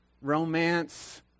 romance